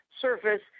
surface